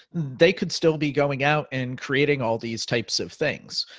they could still be going out and creating all these types of things.